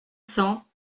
cents